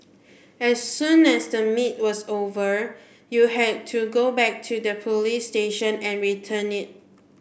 as soon as the meet was over you had to go back to the police station and return it